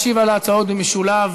ישיב על ההצעות במשולב